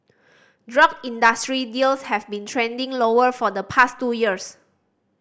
drug industry deals have been trending lower for the past two years